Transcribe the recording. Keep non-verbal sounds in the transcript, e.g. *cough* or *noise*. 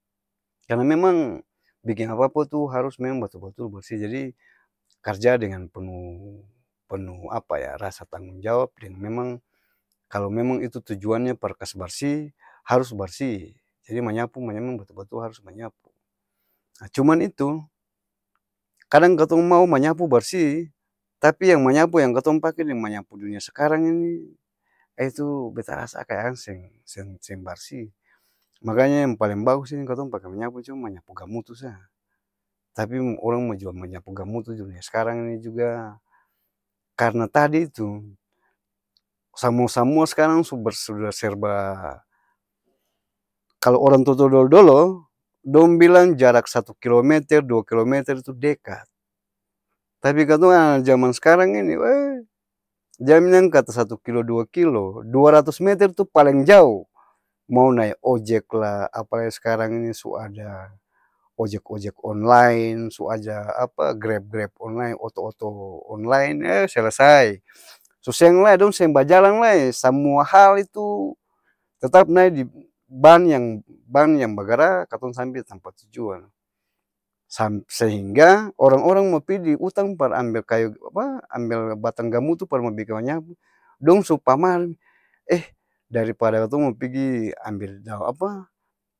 Karna memang biking apa-apa tu harus memang batul-batul barsih jadi, karja dengan penuh penuh-apa ya? Rasa tanggung jawab, deng memang kalo memang itu tujuannya par kas barsih, harus barsih! Jadi manyapu memang batul-batul harus manyapu, cuman itu kadang katong mau manyapu barsih tapi yang manyapu yang katong pake ni manyapu dunia sakarang ini itu beta rasa kaya nya seng seng seng-barsih, maka nya yang paleng bagus ini katong pake manyapu cuma manyapu gamutu sa, tapi orang ba jual manyapu gamutu dunia skarang ini juga karna tadi itu, samua-samua skarang su ber serba kalo orang tua-tua dolo-dolo dong bilang jarak satu kilo meter, dua kilo meter itu dekat, tapi katong ana-ana jaman skarang ini eeeh jang bilang kata satu kilo dua kilo, dua ratus meter tu paleng jao mau nae ojek la, apa lai s'karang ini su ada ojek-ojek onlaen, su ada apa, greb-greb onlaen, oto-oto onlaen, ee selesai su seng lai, su seng bajalang lae samua hal itu, tetap nae di ban yang ban yang-bagara, katong sampe tampa tujuan *hesitation* sehingga orang-orang mo pi di utang par ambel kayu apa, ambel batang gamutu par mo biking manyapu, dong su pamalas, eh daripada katong mau pigi ambel daong apa?.